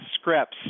scripts